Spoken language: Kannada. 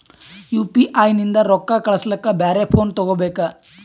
ಯು.ಪಿ.ಐ ನಿಂದ ರೊಕ್ಕ ಕಳಸ್ಲಕ ಬ್ಯಾರೆ ಫೋನ ತೋಗೊಬೇಕ?